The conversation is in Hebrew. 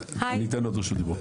אני אתן עוד רשות דיבור.